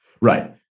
right